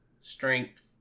strength